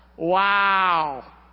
Wow